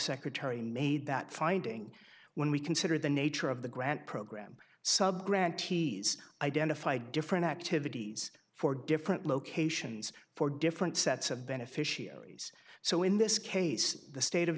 secretary made that finding when we consider the nature of the grant program subgraph and t s identify different activities for different locations for different sets of beneficiaries so in this case the state of